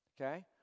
Okay